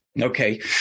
Okay